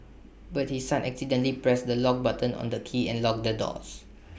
but his son accidentally pressed the lock button on the key and locked the doors